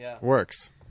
works